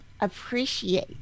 appreciate